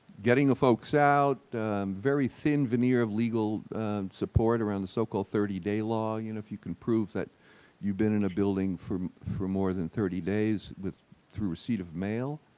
getting a folks out, a very thin veneer of legal support around the so-called thirty day law, you know, if you can prove that you've been in a building for for more than thirty days through receipt of mail,